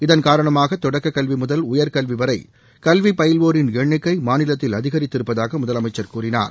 இதன்காரணமாக தொடக்க கல்வி முதல் உயர்கல்வி வரை கல்வி பயில்வோரின் எண்ணிக்கை மாநிலத்தில் அதிகரித்திருப்பதாக முதலமைச்சர் கூறினார்